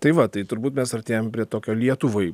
tai va tai turbūt mes artėjame prie tokio lietuvai